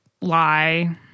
lie